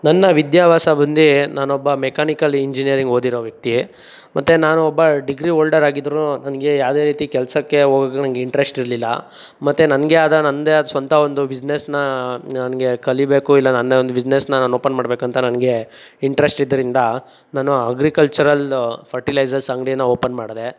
ನನ್ನ ವಿದ್ಯಾಭ್ಯಾಸ ಬಂದು ನಾನೊಬ್ಬ ಮೆಕ್ಯಾನಿಕಲ್ ಇಂಜಿನಿಯರಿಂಗ್ ಓದಿರೋ ವ್ಯಕ್ತಿ ಮತ್ತು ನಾನು ಒಬ್ಬ ಡಿಗ್ರಿ ಓಲ್ಡರ್ ಆಗಿದ್ರು ನನಗೆ ಯಾವುದೇ ರೀತಿ ಕೆಲಸಕ್ಕೆ ಹೋಗಕ್ ನಂಗೆ ಇಂಟ್ರೆಸ್ಟಿರ್ಲಿಲ್ಲ ಮತ್ತು ನನಗೆ ಆದ ನಂದೇ ಆದ ಸ್ವಂತ ಒಂದು ಬಿಸ್ನೆಸ್ನ ನನಗೆ ಕಲಿಬೇಕು ಇಲ್ಲ ನಂದೇ ಒಂದು ಬಿಸ್ನೆಸ್ನ ನಾನು ಓಪನ್ ಮಾಡಬೇಕಂತ ನನಗೆ ಇಂಟ್ರೆಸ್ಟ್ ಇದ್ರಿಂದ ನಾನು ಅಗ್ರಿಕಲ್ಚರಲ್ ಫರ್ಟಿಲೈಸರ್ಸ್ ಅಂಗಡಿನ ಓಪನ್ ಮಾಡಿದೆ